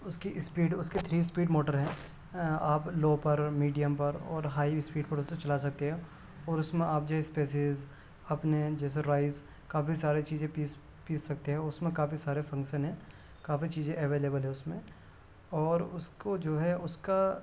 اس کی اسپیڈ اس کے تھری اسپیڈ موٹر ہے آپ لو پر میڈیم پر اور ہائی اسپیڈ پر اسے چلا سکتے ہیں اور اس میں آپ جو ہے اپنے جیسے رائس کافی سارے چیزیں پیس پیس سکتے ہو اس میں کافی سارے فنگسن ہیں کافی چیزیں ایویلیبل ہے اس میں اور اس کو جو ہے اس کا